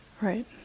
Right